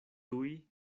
tuj